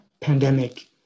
pandemic